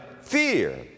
fear